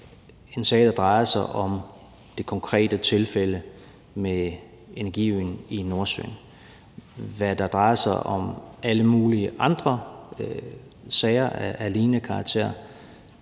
en sag, der drejer sig om det konkrete tilfælde med energiøen i Nordsøen. Hvad der drejer sig om alle mulige andre sager af lignende karakter,